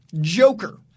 Joker